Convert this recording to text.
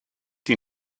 die